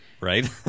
Right